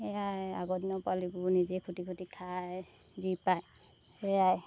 সেয়াই আগৰ দিনৰ পোৱালিবোৰ নিজেই খুটি খুটি খাই যি পায় সেয়াই